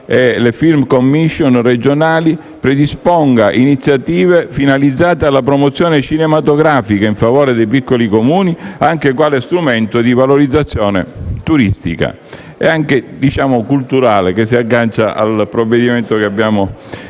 e le Film Commissions regionali, predisponga iniziative finalizzate alla promozione cinematografica in favore dei piccoli Comuni, anche quale strumento di valorizzazione turistica e culturale, che si aggancia al provvedimento che abbiamo approvato